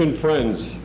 friends